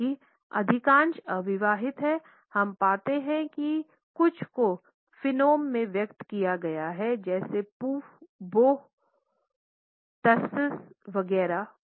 जबकि अधिकांश अविवाहित हैं हम पाते हैं कि कुछ को फ़िनोम में व्यक्त किया गया है जैसे पूह बोह त्ज़ त्ज़ वगैरह